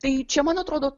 tai čia man atrodo